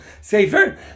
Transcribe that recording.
safer